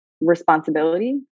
responsibility